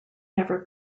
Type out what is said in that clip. never